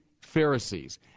Pharisees